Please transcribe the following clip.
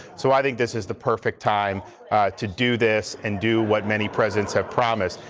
so i think this is the perfect time to do this and do what many presidents have promised.